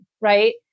Right